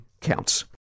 counts